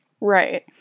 Right